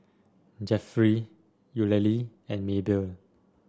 Jeffery Eulalie and Maebell